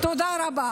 תודה רבה.